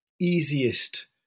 easiest